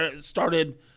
started